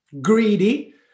greedy